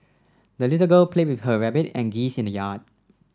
the little girl played with her rabbit and geese in the yard